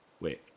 Wait